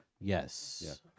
yes